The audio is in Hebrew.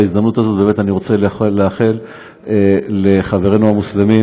בהזדמנות הזאת אני רוצה לאחל לחברינו המוסלמים